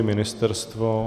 Ministerstvo?